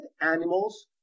animals